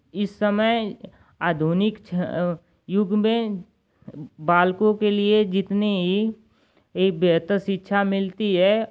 इस समय आधुनिक युग में बालकों के लिए जितनी बेहतर शिक्षा मिलती है